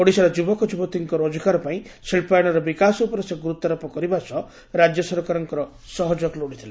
ଓଡ଼ିଶାର ଯୁବକ ଯୁବତୀଙ୍କ ରୋଜଗାର ପାଇଁ ଶିକ୍ବାୟନର ବିକାଶ ଉପରେ ସେ ଗୁରୁତ୍ୱାରୋପ କରିବା ସହ ରାଜ୍ୟ ସରକାରଙ୍କ ସହଯୋଗ ଲୋଡ଼ିଥିଲେ